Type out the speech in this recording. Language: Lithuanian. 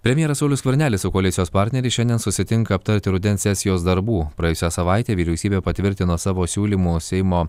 premjeras saulius skvernelis su koalicijos partneriais šiandien susitinka aptarti rudens sesijos darbų praėjusią savaitę vyriausybė patvirtino savo siūlymu seimo